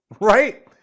right